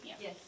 Yes